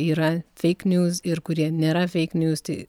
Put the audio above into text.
yra fake news ir kurie nėra fake news tai